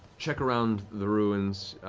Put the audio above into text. check around the ruins,